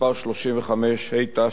35), התשע"ב